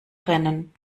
rennen